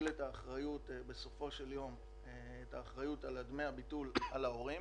מטיל את האחריות על דמי הביטול בסופו של יום על ההורים.